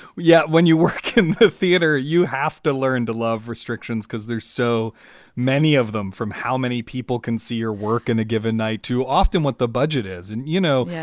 yeah, when you work in theater, you have to learn to love restrictions because there's so many of them from how many people can see your work in a given night. too often what the budget is and, you know, yeah